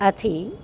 આથી